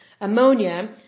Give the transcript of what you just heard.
ammonia